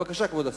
בבקשה, כבוד השר.